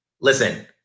Listen